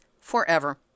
forever